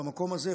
במקום הזה,